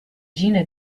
jena